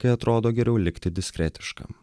kai atrodo geriau likti diskretiškam